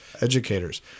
educators